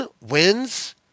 wins